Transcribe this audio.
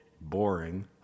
boring